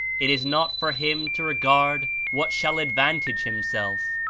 it is not for him to regard what shall advantage himself,